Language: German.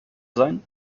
sein